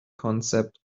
concept